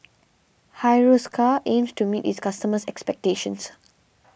Hiruscar aims to meet its customers' expectations